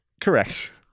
Correct